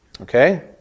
Okay